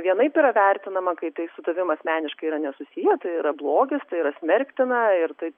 vienaip yra vertinama kai tai su tavim asmeniškai yra nesusiję tai yra blogis tai yra smerktina ir tai